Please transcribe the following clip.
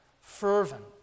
fervent